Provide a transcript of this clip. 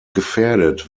gefährdet